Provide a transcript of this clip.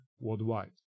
worldwide